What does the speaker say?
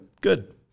good